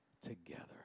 together